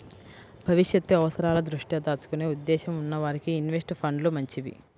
భవిష్యత్తు అవసరాల దృష్ట్యా దాచుకునే ఉద్దేశ్యం ఉన్న వారికి ఇన్వెస్ట్ ఫండ్లు మంచివి